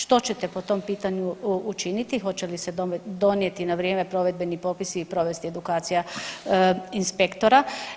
Što ćete po tom pitanju učiniti, hoće li se donijeti na vrijeme provedbeni propisi i provesti edukacija inspektora?